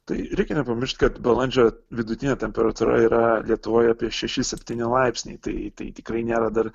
tai reikia nepamiršt kad balandžio vidutinė temperatūra yra lietuvoj apie šeši septyni laipsniai tai tai tikrai nėra dar